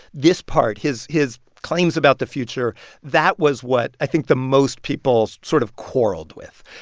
this part, his his claims about the future that was what i think the most people sort of quarreled with.